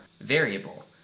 variable